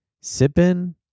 sipping